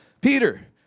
Peter